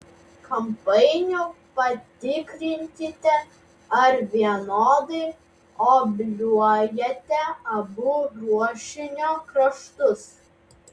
kampainiu patikrinkite ar vienodai obliuojate abu ruošinio kraštus